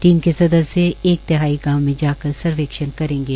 team की सदस्य एक तिहाई गांव में जाकर सर्वेक्षण करेंगे